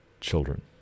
children